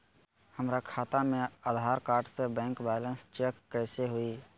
हमरा खाता में आधार कार्ड से बैंक बैलेंस चेक कैसे हुई?